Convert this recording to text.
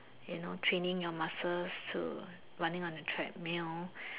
you know training your muscles to running on the treadmill